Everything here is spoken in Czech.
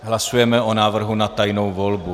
Hlasujeme o návrhu na tajnou volbu.